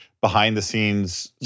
behind-the-scenes